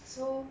so